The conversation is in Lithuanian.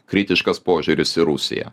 kritiškas požiūris į rusiją